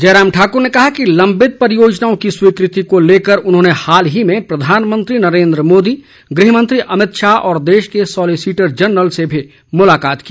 जयराम ठाकुर ने कहा कि लंबित परियोजनाओं की स्वीकृति को लेकर उन्होंने हाल ही में प्रधानमंत्री नरेंद्र मोदी गृह मंत्री अमित शाह और देश के सॉलिसीटर जनरल से भी मुलाकात की